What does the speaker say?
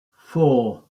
four